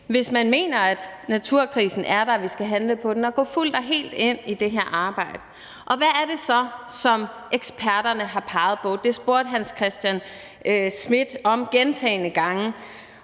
hvis man mener, at naturkrisen er der og vi skal handle på den, at gå fuldt og helt ind i det her arbejde. Hvad er det så, eksperterne har peget på? Det spurgte hr. Hans Christian Schmidt om gentagne gange.